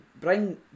bring